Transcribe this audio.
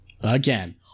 again